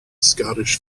scottish